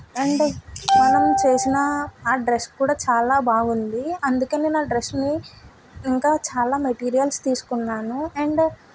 and మనం చేసిన ఆ డ్రెస్ కూడా చాలా బాగుంది అందుకని నా డ్రెస్ని ఇంకా చాలా మెటీరియల్స్ తీసుకున్నాను